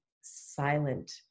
silent